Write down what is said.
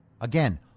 Again